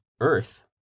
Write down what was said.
earth